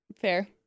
Fair